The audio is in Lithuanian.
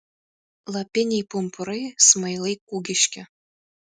lapiniai pumpurai smailai kūgiški